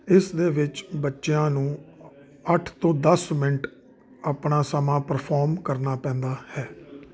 ਇਸ ਦੇ ਵਿੱਚ ਬੱਚਿਆਂ ਨੂੰ ਅੱਠ ਤੋਂ ਦਸ ਮਿੰਟ ਆਪਣਾ ਸਮਾਂ ਪਰਫੋਮ ਕਰਨਾ ਪੈਂਦਾ ਹੈ